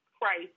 price